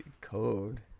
code